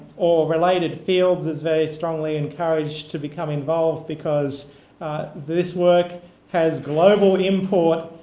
all related fields is very strongly encouraged to become involved because this work has global import.